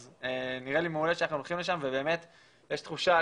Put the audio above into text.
אז נראה לי מעולה שאנחנו הולכים לשם ובאמת יש תחושה,